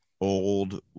old